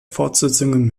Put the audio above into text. fortsetzungen